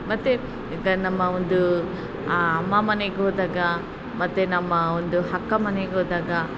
ಮತ್ತು ಈಗ ನಮ್ಮ ಒಂದು ಅಮ್ಮ ಮನೆಗೆ ಹೋದಾಗ ಮತ್ತು ನಮ್ಮ ಒಂದು ಅಕ್ಕ ಮನೆಗೆ ಹೋದಾಗ